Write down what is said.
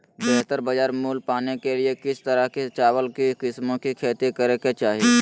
बेहतर बाजार मूल्य पाने के लिए किस तरह की चावल की किस्मों की खेती करे के चाहि?